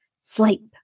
sleep